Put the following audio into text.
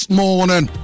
morning